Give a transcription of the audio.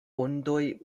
ondoj